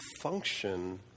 function